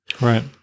Right